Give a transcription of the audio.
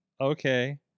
okay